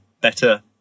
better